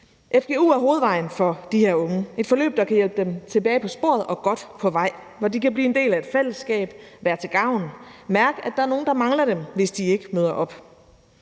Fgu er hovedvejen for de her unge. Det er et forløb, der kan hjælpe dem tilbage på sporet og godt på vej, og som gør, at de kan blive del af et fællesskab, være til gavn, mærke, at der er nogle, der mangler dem, hvis de ikke møder op.